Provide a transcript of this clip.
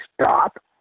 stop